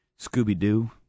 Scooby-Doo